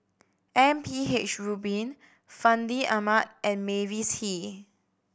M P H Rubin Fandi Ahmad and Mavis Hee